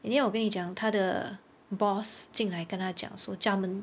and then 我跟你讲他的 boss 进来跟他讲说叫他们